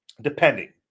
Depending